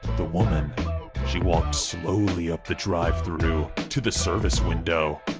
the woman walked slowly up the drive-thru to the service window.